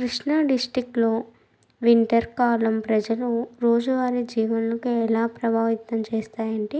కృష్ణా డిస్టిక్లో వింటర్ కాలం ప్రజలు రోజు వారి జీవనం ఎలా ప్రభావితం చేస్తాయి అంటే